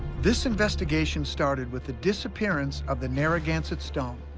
this investigation started with the disappearance of the narragansett stone.